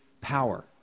power